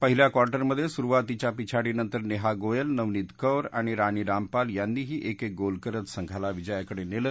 पहिल्या क्वार्टरमध्ये सुरुवातीच्या पिछाडीनंतर नेहा गोयल नवनीत कौर आणि राणी रामपाल यांनीही एकेक गोल करत संघाला विजयाकडे नेलं